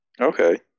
Okay